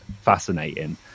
fascinating